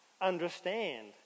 understand